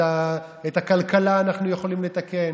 את הכלכלה אנחנו יכולים לתקן.